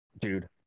dude